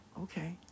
okay